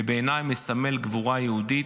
ובעיניי הוא מסמל גבורה יהודית,